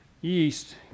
yeast